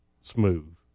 smooth